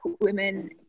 women